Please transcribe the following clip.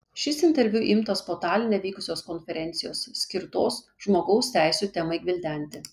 šis interviu imtas po taline vykusios konferencijos skirtos žmogaus teisių temai gvildenti